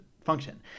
function